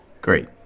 Great